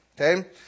Okay